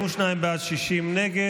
בעד, 60 נגד.